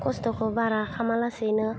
खस्थ'खौ बारा खामा लासेनो